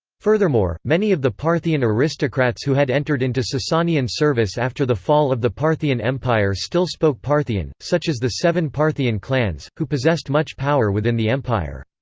furthermore, many of the parthian aristocrats who had entered into sasanian service after the fall of the parthian empire still spoke parthian, such as the seven parthian clans, who possessed much power within the empire.